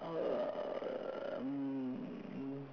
uh um